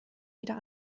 wieder